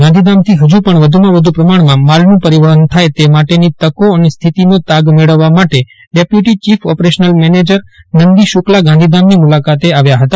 ગાંધીધામથી હજુ પણ વધુમાં વધુ પ્રમાણમાં માલનું પરિવહન થાય તે માટેની તકો અને સ્થિતિનો તાગ મેળવવા માટે આજે સવારે deputy chief operational manager Nandi Shukla ગાંધીધામની મુલાકાતે આવ્યા હતા